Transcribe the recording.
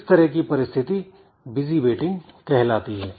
इस तरह की परिस्थिति बिजी वेटिंग कहलाती है